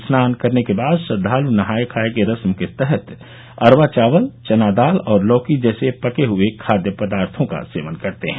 स्नान करने के बाद श्रद्वालु नहाय खाए की रस्म के तहत अरवा चावल चना दाल और लौकी जैसे पके हुए खाद्य पदार्थों का सेवन करते हैं